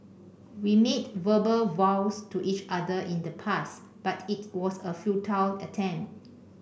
we made verbal vows to each other in the past but it was a futile attempt